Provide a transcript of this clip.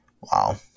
Wow